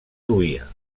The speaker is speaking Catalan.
duia